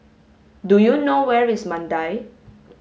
do you know where is Mandai